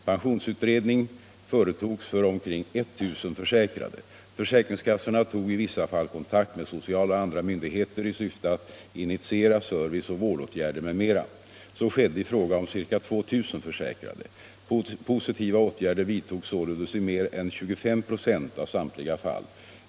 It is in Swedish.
Pensionsutredning företogs för omkring 1000 försäkrade. Försäkringskassorna tog i vissa fall kontakt med sociala och andra myndigheter i syfte att initiera serviceoch vårdåtgärder m.m. Så skedde i fråga om ca 2 000 försäkrade. Positiva åtgärder vidtogs således i mer än 25 96 av samtliga fall.